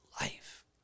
life